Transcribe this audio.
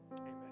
Amen